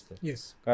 Yes